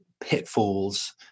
pitfalls